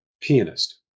pianist